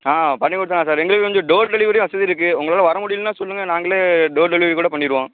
ஆ பண்ணி குடுத்துடலாம் சார் எங்களுக்கு கொஞ்சம் டோர் டெலிவரியும் வசதி இருக்குது உங்களால் வர முடியலைன்னா சொல்லுங்க நாங்களே டோர் டெலிவரி கூட பண்ணிவிடுவோம்